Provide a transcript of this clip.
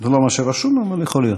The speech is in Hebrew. זה לא מה שרשום, אבל יכול להיות.